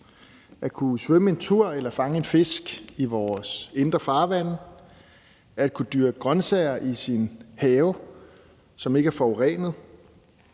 at kunne svømme en tur eller fange en fisk i vores indre farvande, at kunne dyrke grøntsager i sin have, som ikke er forurenet,